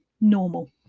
normal